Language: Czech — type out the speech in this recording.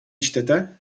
čtete